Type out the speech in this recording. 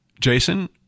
Jason